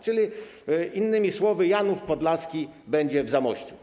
Czyli innym słowy: Janów Podlaski będzie w Zamościu.